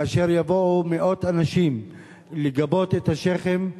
כאשר יבואו מאות אנשים לגבות את השיח'ים,